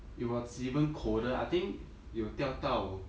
it was even colder I think 有掉到